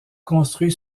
construit